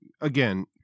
again